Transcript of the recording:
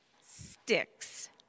sticks